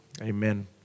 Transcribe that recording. Amen